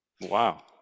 Wow